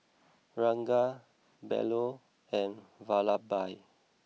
Ranga Bellur and Vallabhbhai